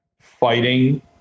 fighting